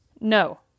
No